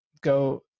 go